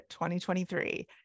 2023